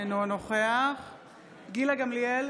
אינו נוכח גילה גמליאל,